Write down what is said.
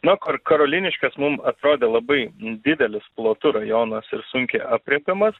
na kur karoliniškės mum atrodė labai didelis plotu rajonas ir sunkiai aprėpiamas